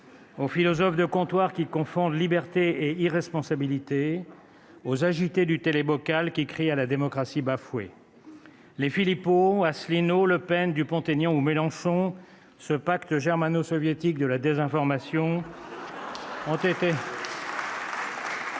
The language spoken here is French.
aux philosophes de comptoir qui confondent liberté et irresponsabilité, aux agités du télébocal qui crient à la démocratie bafouée ! Nous répondrons aux Philippot, Asselineau, Le Pen, Dupont-Aignan ou Mélenchon, ce pacte germano-soviétique de la désinformation ! Ils